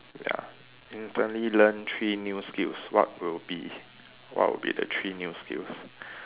ya instantly learn three new skills what will be what will be the three new skills